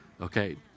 Okay